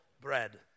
bread